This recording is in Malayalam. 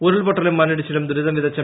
ഉരുൾപൊട്ടലും മണ്ണിടിച്ചിലും ദുരിതം വിതച്ചു